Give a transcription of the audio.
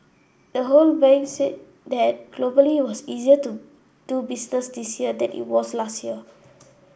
the whole Bank said that globally it was easier to do business this year than it was last year